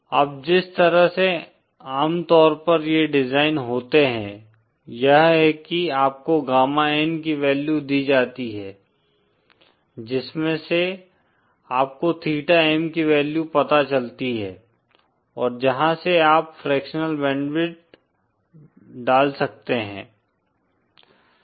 अब जिस तरह से आमतौर पर ये डिज़ाइन होते हैं यह है कि आपको गामा N की वैल्यू दी जाती है जिसमें से आपको थीटा M की वैल्यू पता चलती है और जहाँ से आप फ्रैक्शनल बैंडविड्थ डाल सकते हैं